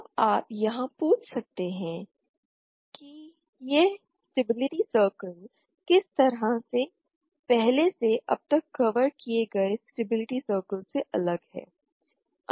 अब आप यहां पूछ सकते हैं कि यह स्टेबिलिटी सर्कल किस तरह से पहले से अब तक कवर किए गए स्टेबिलिटी सर्कल से अलग है